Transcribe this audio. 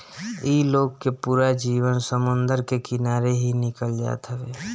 इ लोग के पूरा जीवन समुंदर के किनारे ही निकल जात हवे